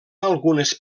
algunes